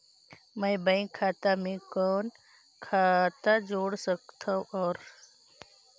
मैं बैंक खाता मे और खाता जोड़ सकथव कौन?